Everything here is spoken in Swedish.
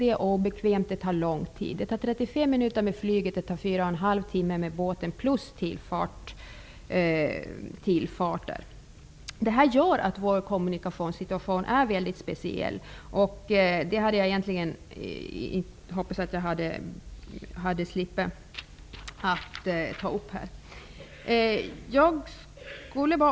Det är obekvämt och tar lång tid. Det tar 35 minuter med flyg och 4,5 timmar med båt, plus tid för tillfarter. Detta gör vår kommunikationssituation mycket speciell. Egentligen hade jag hoppats slippa att ta upp det.